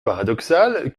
paradoxal